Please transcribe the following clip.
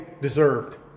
deserved